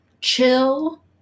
chill